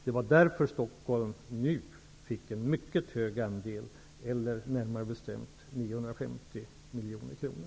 Det var därför som Stockholms län nu fick en mycket större andel, närmare bestämt 950 miljoner kronor.